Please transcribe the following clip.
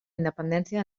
independència